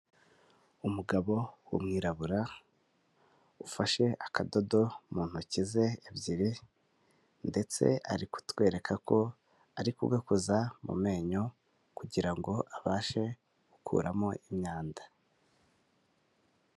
Umugabo w'umwirabura ufashe akadodo mu ntoki ze ebyiri ndetse ari kutwereka ko ari kugakoza mu menyo kugira ngo abashe gukuramo imyanda.